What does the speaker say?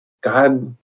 God